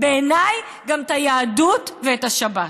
בעיניי גם את היהדות ואת השבת.